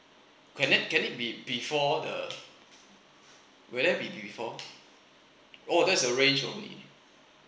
can I can it be before the where it be before oh there's a range only